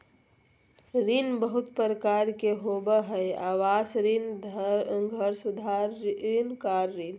ऋण बहुत प्रकार के होबा हइ आवास ऋण, घर सुधार ऋण, कार ऋण